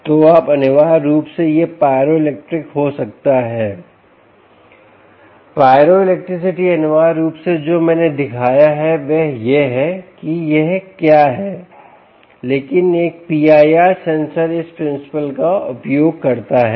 तो आप अनिवार्य रूप से यह pyroelectric हो सकता है Pyroelectricity अनिवार्य रूप से जो मैंने दिखाया है वह यह है कि यह क्या है लेकिन एक PIR सेंसर इस प्रिंसिपल का उपयोग करता है